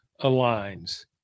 aligns